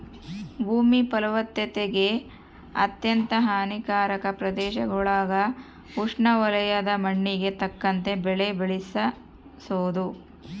ಭೂಮಿ ಫಲವತ್ತತೆಗೆ ಅತ್ಯಂತ ಹಾನಿಕಾರಕ ಪ್ರದೇಶಗುಳಾಗ ಉಷ್ಣವಲಯದ ಮಣ್ಣಿಗೆ ತಕ್ಕಂತೆ ಬೆಳೆ ಬದಲಿಸೋದು